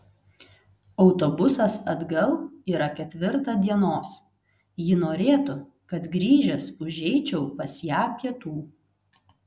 autobusas atgal yra ketvirtą dienos ji norėtų kad grįžęs užeičiau pas ją pietų